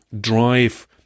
drive